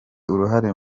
uruhare